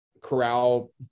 Corral